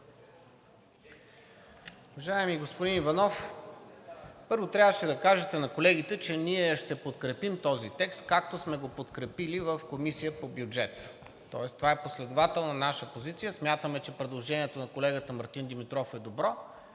Уважаеми господин Иванов, първо, трябваше да кажете на колегите, че ние ще подкрепим този текст, както сме го подкрепили в Комисията по бюджет и финанси, тоест това е последователна наша позиция. Смятаме, че предложението на колегата Мартин Димитров е добро